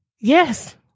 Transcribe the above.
Yes